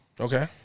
Okay